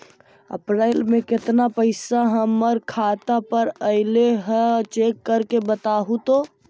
अप्रैल में केतना पैसा हमर खाता पर अएलो है चेक कर के बताहू तो?